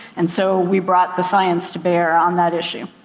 and so, we brought the science to bear on that issue.